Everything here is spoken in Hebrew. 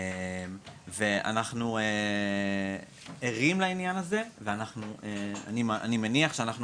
ואנחנו ערים לעניין הזה ואני מניח שאנחנו